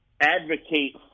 advocate